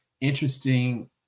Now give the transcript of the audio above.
interesting